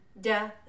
death